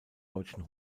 deutschen